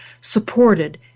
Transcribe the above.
supported